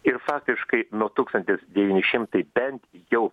ir faktiškai nuo tūkstantis devyni šimtai bent jau